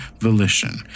volition